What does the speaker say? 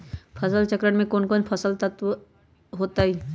फसल चक्रण में कौन कौन फसल हो ताई?